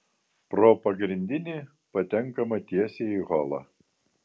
pro pagrindinį patenkama tiesiai į holą